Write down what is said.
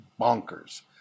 bonkers